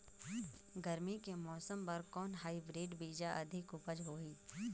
गरमी के मौसम बर कौन हाईब्रिड बीजा अधिक उपज होही?